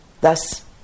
thus